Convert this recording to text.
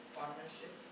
partnership